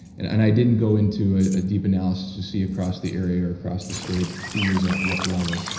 and i didn't go into a ah deep analysis to see across the area, or across the state who was at what level.